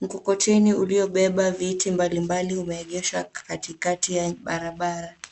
Mkokoteni uliobeba vitu mbalimbali umeegeshwa katikati ya barabara.